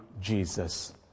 Jesus